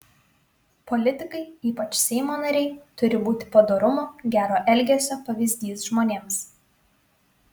politikai ypač seimo nariai turi būti padorumo gero elgesio pavyzdys žmonėms